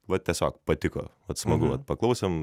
va tiesiog patiko vat smagu vat paklausėm